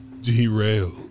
derail